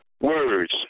words